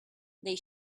they